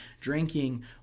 drinking